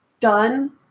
done